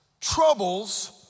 troubles